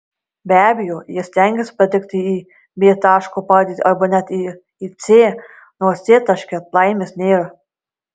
be abejo jie stengiasi patekti į b taško padėtį arba net ir į c nors c taške laimės nėra